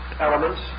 elements